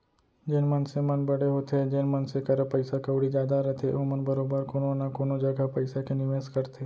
जेन मनसे मन बड़े होथे जेन मनसे करा पइसा कउड़ी जादा रथे ओमन बरोबर कोनो न कोनो जघा पइसा के निवेस करथे